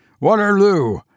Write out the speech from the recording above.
Waterloo